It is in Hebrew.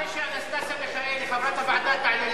אני מבקש שאנסטסיה מיכאלי חברת הוועדה תעלה לנאום.